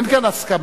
אין כאן הסכמה.